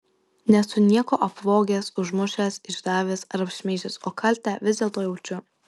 nesu nieko apvogęs užmušęs išdavęs ar apšmeižęs o kaltę vis dėlto jaučiu